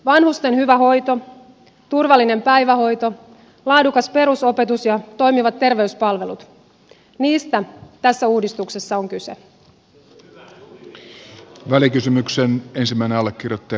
vanhusten hyvä hoito turvallinen päivähoito laadukas perusopetus ja toimivat terveyspalvelut niistä tässä uudistuksessa on kyse